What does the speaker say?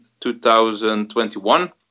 2021